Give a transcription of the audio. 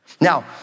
Now